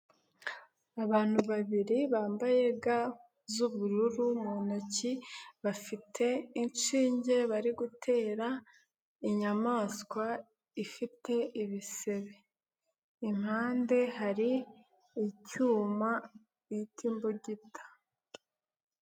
Abantu babiri bambaye ga z'ubururu mu ntoki, bafite inshinge bari gutera inyamaswa ifite ibisebe, impande hari icyuma bita imbugita.